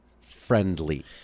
friendly